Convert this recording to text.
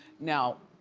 now,